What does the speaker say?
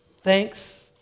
thanks